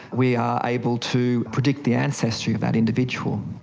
we are able to predict the ancestry of that individual.